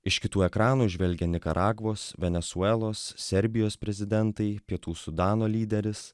iš kitų ekranų žvelgia nikaragvos venesuelos serbijos prezidentai pietų sudano lyderis